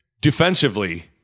Defensively